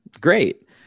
great